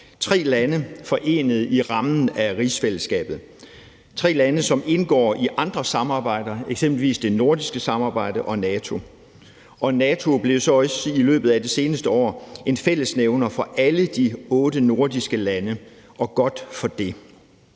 tre lande forenet i rammen af rigsfællesskabet, tre lande, som indgår i andre samarbejder, eksempelvis det nordiske samarbejde og NATO. Og NATO er så også i løbet af de seneste år blevet en fællesnævner for alle de otte nordiske lande, og godt for det.